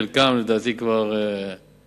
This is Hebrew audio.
חלקם, לדעתי, כבר הוצעו.